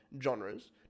genres